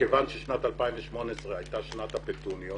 מכיוון ששנת 2018 הייתה שנת הפטוניות,